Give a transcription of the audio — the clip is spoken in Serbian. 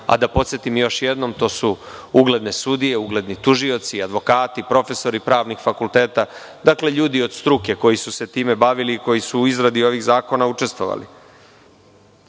Da podsetim još jednom, to su ugledne sudije, ugledni tužioci, advokati, profesori pravnih fakulteta, ljudi od struke koji su se time bavili, koji su u izradi ovih zakona učestvovali. Izrečena